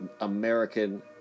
American